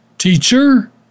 teacher